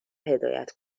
هدایت